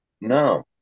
No